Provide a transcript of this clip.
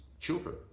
children